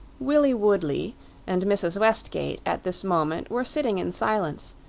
willie woodley and mrs. westgate at this moment were sitting in silence,